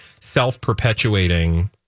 self-perpetuating